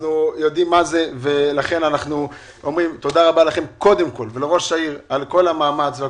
אנחנו אומרים קודם כל תודה לכם ולראש העיר על כל המאמץ ועל